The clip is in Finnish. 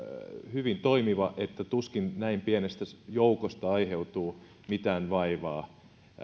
hyvin toimiva että tuskin näin pienestä joukosta aiheutuu mitään vaivaa